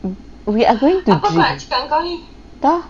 w~ we are going to entah